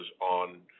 on